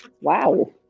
Wow